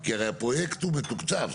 כי הפרויקט הוא מתוקצב.